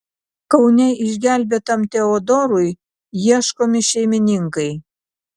kaune išgelbėtam teodorui ieškomi šeimininkai